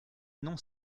non